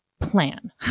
plan